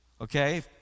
okay